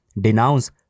denounce